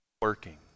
working